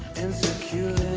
and security